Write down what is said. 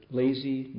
lazy